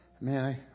Man